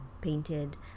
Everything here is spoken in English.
painted